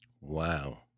Wow